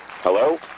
Hello